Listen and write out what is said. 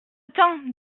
temps